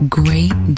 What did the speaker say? great